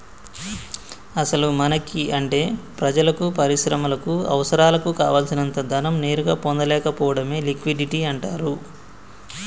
అసలు మనకి అంటే ప్రజలకు పరిశ్రమలకు అవసరాలకు కావాల్సినంత ధనం నేరుగా పొందలేకపోవడమే లిక్విడిటీ అంటారు